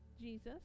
Jesus